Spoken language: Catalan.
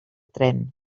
tren